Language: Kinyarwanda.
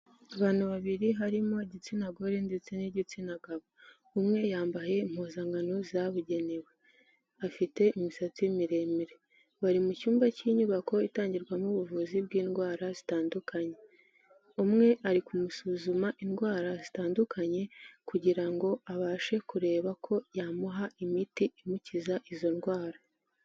Abantu babiri harimo igitsina gore ndetse n'igitsina gabo, umwe yambaye impuzankano zabugenewe afite imisatsi miremire; bari mu cyumba cy'inyubako itangirwamo ubuvuzi bw'indwara zitandukanye. Umwe ari kumusuzuma indwara zitandukanye kugira ngo abashe kureba ko yamuha imiti imukiza izo ndwara.